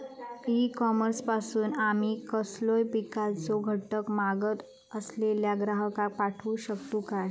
E commerce पासून आमी कसलोय पिकाचो घटक मागत असलेल्या ग्राहकाक पाठउक शकतू काय?